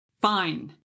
Fine